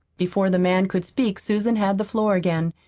before the man could speak susan had the floor again.